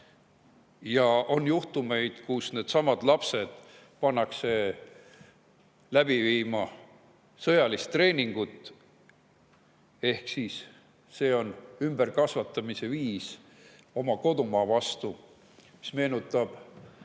Ja on juhtumeid, kus needsamad lapsed pannakse läbi viima sõjalist treeningut. Ehk siis see on ümberkasvatamise viis oma kodumaa vastu. See meenutab